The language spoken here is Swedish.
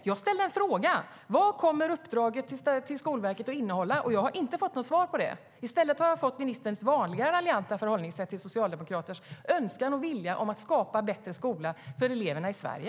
Jag ställde en fråga, nämligen: Vad kommer uppdraget till Skolverket att innehålla? Jag har inte fått något svar på den. I stället har jag fått ta del av ministerns vanliga raljanta förhållningssätt till Socialdemokraternas önskan och vilja att skapa en bättre skola för eleverna i Sverige.